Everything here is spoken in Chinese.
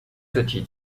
字体